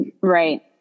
right